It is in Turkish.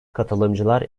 katılımcılar